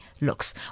looks